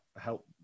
help